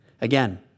Again